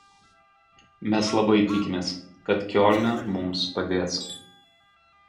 mes labai tikimės kad kiolne mums padės